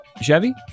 Chevy